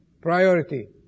Priority